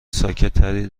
ساکتتری